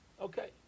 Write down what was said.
Okay